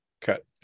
Cut